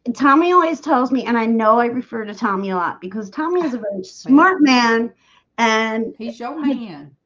and tommy always tells me and i know i refer to tommy a lot because tommy's a very smart man and he's oh man.